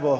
bo,